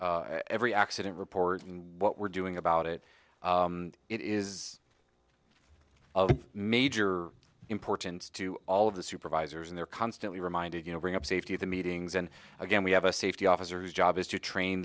safety every accident report what we're doing about it it is of major importance to all of the supervisors and they're constantly reminded you know bring up safety at the meetings and again we have a safety officer whose job is to train